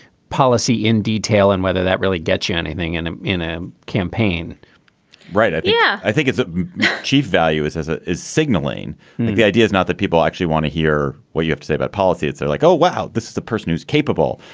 policy in detail and whether that really gets you anything and in in a campaign right. yeah, i think its chief values it ah is signaling and the the idea is not that people actually want to hear what you have to say about policy. they're like, oh, wow. this is the person who's capable.